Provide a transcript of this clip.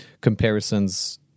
comparisons